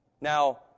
Now